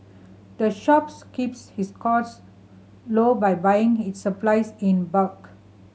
the shops keeps its costs low by buying its supplies in bulk